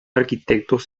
arquitectos